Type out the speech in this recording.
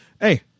Hey